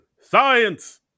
Science